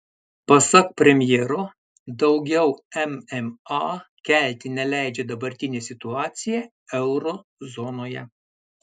pasak premjero daugiau mma kelti neleidžia dabartinė situacija euro zonoje